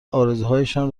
آرزوهایشان